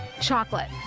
Chocolate